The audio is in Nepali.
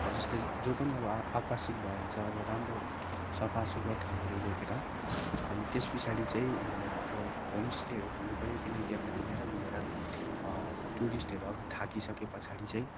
अब जस्तै जो पनि अब आकर्षित भइहाल्छ अब राम्रो सफा सुग्घर ठाउँहरू देखेर अनि त्यस पछाडि चाहिँ अब होम स्टेहरू खोल्नु पर्यो किनकि अब घुमेर घुमेर टुरिस्टहरू अब थाकिसके पछाडि चाहिँ